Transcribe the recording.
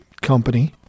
company